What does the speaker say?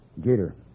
Jeter